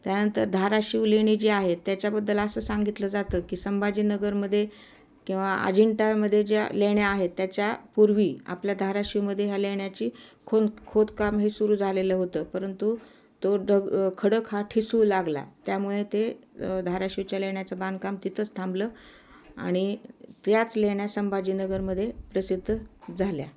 त्यानंतर धाराशिव लेणी जी आहेत त्याच्याबद्दल असं सांगितलं जातं की संभाजीनगरमध्ये किंवा अजिंठामध्ये ज्या लेण्या आहेत त्याच्या पूर्वी आपल्या धाराशिमध्य ह्या लेण्याची खोन खोदकाम हे सुरू झालेलं होतं परंतु तो डग खडक हा ठिसूळ लागला त्यामुळे ते धाराशिवच्या लेण्याचं बांधकाम तिथंच थांबलं आणि त्याच लेण्या संभाजीनगरमध्ये प्रसिद्ध झाल्या